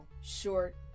Short